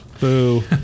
Boo